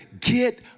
Get